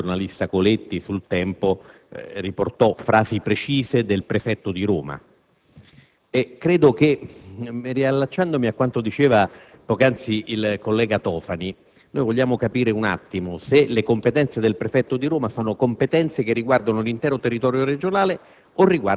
la giornalista Coletti, su «Il Tempo», riportò frasi precise del prefetto di Roma. Orbene, riallacciandomi a quanto diceva poc'anzi il collega Tofani, vogliamo capire se le competenze del prefetto di Roma riguardano l'intero territorio regionale